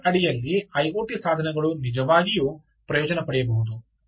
ಅದರ ಅಡಿಯಲ್ಲಿ ಐಒಟಿ ಸಾಧನಗಳು ನಿಜವಾಗಿಯೂ ಪ್ರಯೋಜನ ಪಡೆಯಬಹುದು